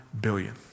billion